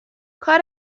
کار